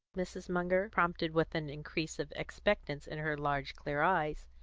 mrs. munger prompted, with an increase of expectance in her large clear eyes,